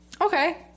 Okay